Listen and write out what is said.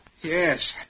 Yes